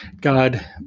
God